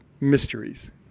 mysteries